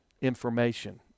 information